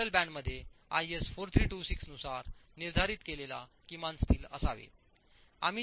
lintel band मध्ये IS 4326 नुसार निर्धारित केलेला किमान स्टील असावे